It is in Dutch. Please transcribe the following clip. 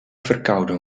verkouden